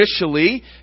initially